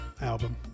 album